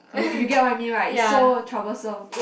you you get what I mean right it's so troublesome